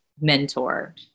mentor